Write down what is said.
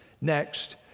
Next